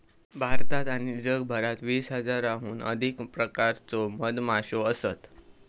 भारतात आणि जगभरात वीस हजाराहून अधिक प्रकारच्यो मधमाश्यो असत